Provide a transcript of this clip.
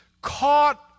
caught